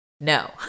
No